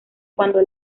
cuando